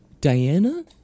Diana